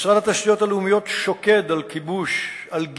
משרד התשתיות הלאומיות שוקד על גיבוש